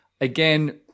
again